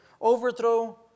overthrow